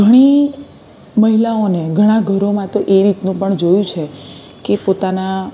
ઘણી મહિલાઓને ઘણાં ઘરોમાં તો એ રીતનું પણ જોયું છે કે પોતાના